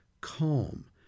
calm